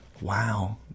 wow